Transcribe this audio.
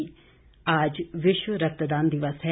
रक्तदान दिवस आज विश्व रक्तदान दिवस है